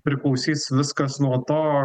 priklausys viskas nuo to